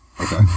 Okay